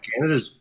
Canada's